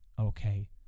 okay